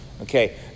Okay